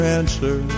answer